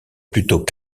plutôt